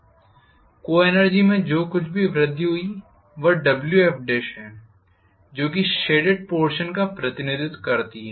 को एनर्जी में जो कुछ भी वृद्धि हुई वह Wfहै जो कि शेडेड पोर्षन क्षेत्र का प्रतिनिधित्व करती है